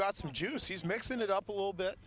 some juice he's mixing it up a little bit